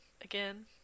again